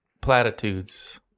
platitudes